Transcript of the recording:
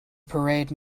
parade